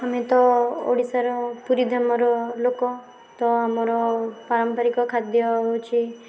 ଆମେ ତ ଓଡ଼ିଶାର ପୁରୀ ଗ୍ରାମର ଲୋକ ତ ଆମର ପାରମ୍ପରିକ ଖାଦ୍ୟ ହେଉଛି